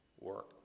work